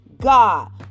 God